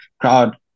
crowd